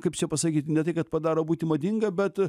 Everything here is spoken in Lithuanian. kaip čia pasakyt ne tai kad padaro būti madinga bet